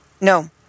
No